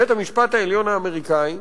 בית-המשפט העליון האמריקני,